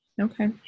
Okay